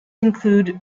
include